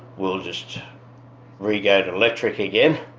we'll just re-go to electric again.